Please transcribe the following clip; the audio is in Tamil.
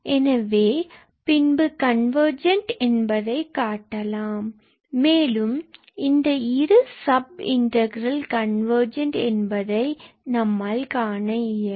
எனவே பின்பு கன்வர்ஜெண்ட் என்பதை காட்டலாம் மேலும் இந்த இரு இன்டகிரல் கன்வர்ஜெண்ட் என்பதை நம்மால் காண இயலும்